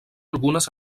algunes